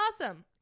Awesome